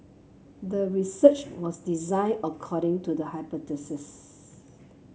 the research was design according to the hypothesis